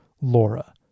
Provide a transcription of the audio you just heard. Laura